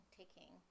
taking